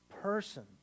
person